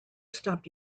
stopped